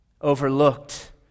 overlooked